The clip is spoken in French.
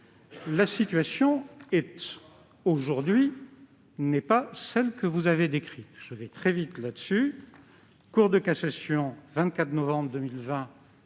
la situation, aujourd'hui, n'est pas celle que vous avez décrite. Je passe très vite là-dessus : Cour de cassation, 24 novembre 2020,